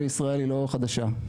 בישראל היא לא חדשה.